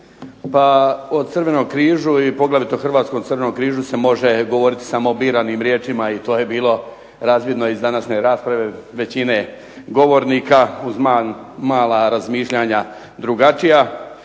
Pa o Crvenom križu a poglavito Hrvatskom crvenom križu se može govoriti samo biranim riječima i to je bilo razvidno iz današnje rasprave većine govornika, uz mala razmišljanja drugačija.